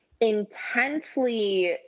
intensely